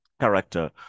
character